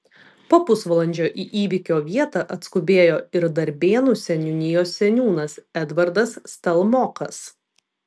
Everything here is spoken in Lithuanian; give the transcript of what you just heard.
po pusvalandžio į įvykio vietą atskubėjo ir darbėnų seniūnijos seniūnas edvardas stalmokas